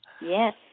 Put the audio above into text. Yes